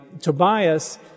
Tobias